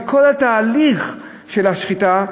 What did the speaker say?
בכל התהליך של השחיטה,